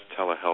telehealth